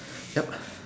yup